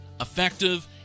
effective